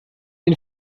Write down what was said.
ihn